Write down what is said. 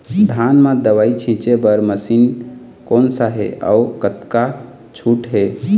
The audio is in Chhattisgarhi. धान म दवई छींचे बर मशीन कोन सा हे अउ कतका छूट हे?